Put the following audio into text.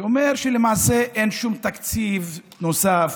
אומר שלמעשה אין שום תקציב נוסף,